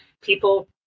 People